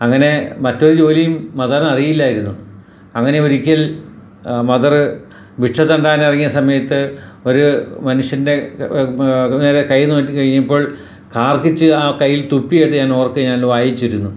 അങ്ങനെ മറ്റൊരു ജോലിയും മദറിന് അറിയില്ലായിരുന്നു അങ്ങനെ ഒരിക്കൽ മദറ് ഭിക്ഷ തെണ്ടാനിറങ്ങിയ സമയത്ത് ഒര് മനുഷ്യൻ്റെ നേരെ കൈ നീട്ടിക്കഴിഞ്ഞപ്പോൾ കാർക്കിച്ച് ആ കയ്യിൽ തുപ്പിയത് ഞാൻ ഓർക്കുകയാണ് ഞാൻ വായിച്ചിരുന്നു